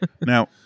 Now